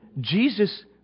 Jesus